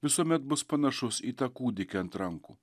visuomet bus panašus į tą kūdikį ant rankų